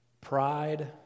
pride